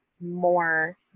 more